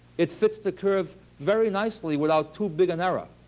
it fits the curve very nicely without too big an error